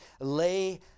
lay